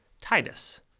Titus